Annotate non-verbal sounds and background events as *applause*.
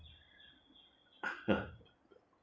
*laughs*